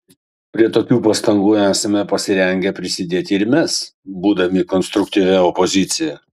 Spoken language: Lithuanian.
prie tokių pastangų esame pasirengę prisidėti ir mes būdami konstruktyvia opozicija